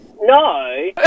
No